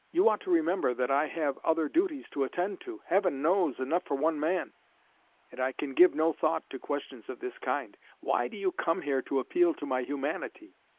you ought to remember that i have other duties to attend to heaven knows, enough for one man and i can give no thought to questions of this kind. why do you come here to appeal to my humanity?